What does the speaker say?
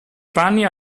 panni